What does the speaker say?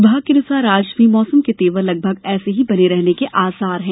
विभाग के अनुसार आज भी मौसम के तेवर लगभग ऐसे ही बने रहने के आसार है